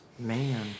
Man